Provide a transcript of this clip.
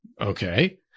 Okay